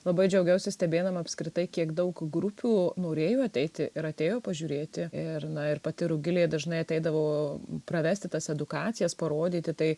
labai džiaugiausi stebėdama apskritai kiek daug grupių norėjo ateiti ir atėjo pažiūrėti ir na ir pati rugilė dažnai ateidavo pravesti tas edukacijas parodyti tai